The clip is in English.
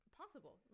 possible